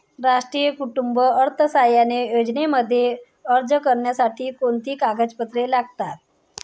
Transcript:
राष्ट्रीय कुटुंब अर्थसहाय्य योजनेमध्ये अर्ज करण्यासाठी कोणती कागदपत्रे लागतात?